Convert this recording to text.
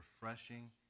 refreshing